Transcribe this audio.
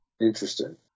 Interesting